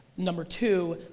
number two,